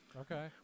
Okay